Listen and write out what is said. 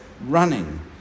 running